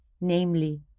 namely